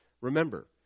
Remember